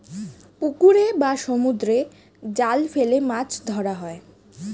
পুকুরে বা সমুদ্রে জাল ফেলে মাছ ধরা হয়